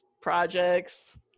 projects